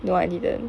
no I didn't